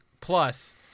Plus